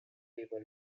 people